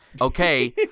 Okay